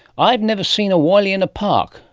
i've never seen a woylie in a park,